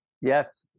Yes